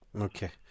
Okay